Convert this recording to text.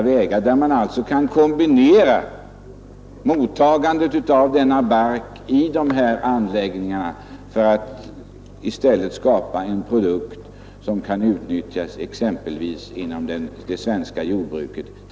I speciella anläggningar skulle man kunna kombinera mottagandet av barkavfallet och rötslammet inom kommunerna för att i stället skapa en produkt som kan utnyttjas exempelvis inom det svenska jordbruket.